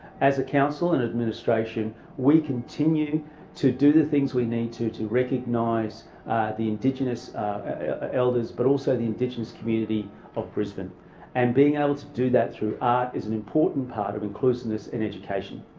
as a council and administration we continue to do the things we need to to recognise the indigenous elders but also the indigenous community of brisbane and being able to do that art is an important part of inclusiveness and education.